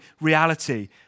reality